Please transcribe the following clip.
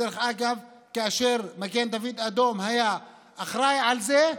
שדרך אגב, כאשר מגן דוד אדום היה אחראי לזה,